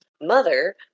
mother